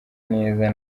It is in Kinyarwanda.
neza